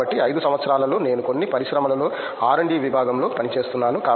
కాబట్టి 5 సంవత్సరాలలో నేను కొన్ని పరిశ్రమలలో ఆర్ డి విభాగంలో పనిచేస్తున్నాను